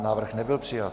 Návrh nebyl přijat.